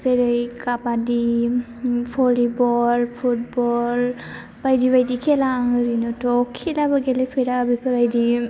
जेरै खाबादि volleyball football बायदि बायदि खेला ओरैनोथ' खेलाबो गेलेफेरा बेफोरबायदि